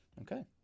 Okay